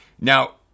Now